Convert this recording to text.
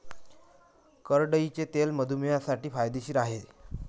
करडईचे तेल मधुमेहींसाठी फायदेशीर आहे